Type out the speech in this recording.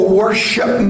worship